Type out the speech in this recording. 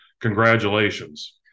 congratulations